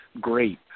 great